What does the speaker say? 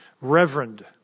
reverend